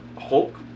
hulk